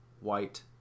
white